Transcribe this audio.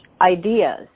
ideas